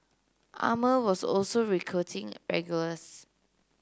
Armour was also recruiting regulars